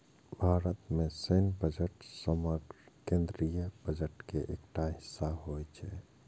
भारत मे सैन्य बजट समग्र केंद्रीय बजट के एकटा हिस्सा होइ छै